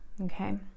okay